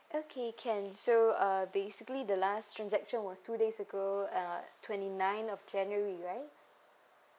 okay can so uh basically the last transaction was two days ago uh twenty ninth of january right